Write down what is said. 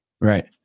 Right